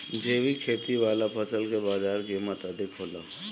जैविक खेती वाला फसल के बाजार कीमत अधिक होला